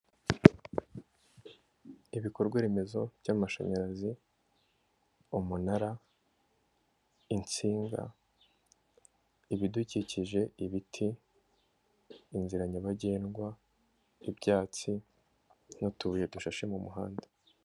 Ibikorwa remezo by'amashanyarazi, umunara, insinga, ibidukikije, ibiti, inzira nyabagendwa, ibyatsi n'utubuye dushashe mu muhanda.